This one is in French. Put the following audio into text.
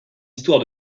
histoire